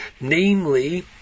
Namely